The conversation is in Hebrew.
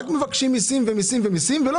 רק מבקשים עוד מיסים ומיסים ומיסים,